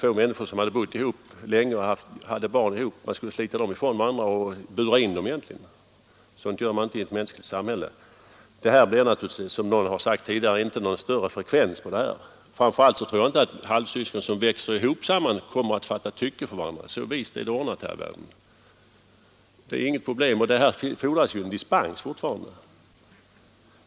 två människor som hade bott ihop länge och hade barn tillsammans. Man skulle slita dem ifrån varandra och egentligen bura in dem. Sådant gör man inte i ett mänskligt samhälle. Det är naturligtvis, som någon har sagt tidigare, inte någon större frekvens av sådana här företeelser. Framför allt tror jag inte att halvsyskon som växer upp tillsammans kommer att fatta tycke för varandra, så vist är det ordnat här i världen. Det är inget problem — och det fordras ju dispens fortfarande.